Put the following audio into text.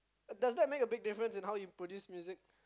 does that make a big difference in how you produce music